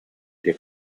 der